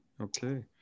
okay